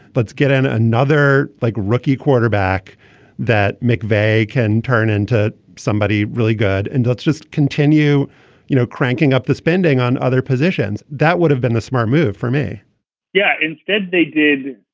let's get in another like rookie quarterback that mcveigh can turn into somebody really good and let's just continue you know cranking up the spending on other positions that would have been the smart move for me yeah. instead they did.